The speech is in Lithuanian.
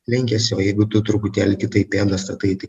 lenkiasi o jeigu tu truputėlį kitaip pėdą statai tai